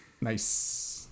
Nice